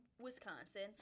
Wisconsin –